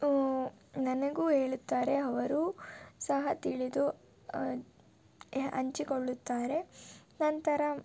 ನನಗೂ ಹೇಳುತ್ತಾರೆ ಅವರು ಸಹ ತಿಳಿದು ಹಂಚಿಕೊಳ್ಳುತ್ತಾರೆ ನಂತರ